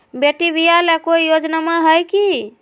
बेटी ब्याह ले कोई योजनमा हय की?